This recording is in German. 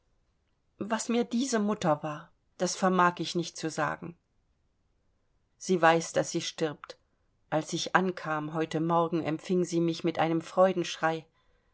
was mir diese mutter war das vermag ich nicht zu sagen sie weiß daß sie stirbt als ich ankam heute morgen empfing sie mich mit einem